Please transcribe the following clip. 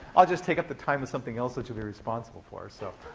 i'll just take up the time with something else that you'll be responsible for, so.